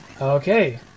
Okay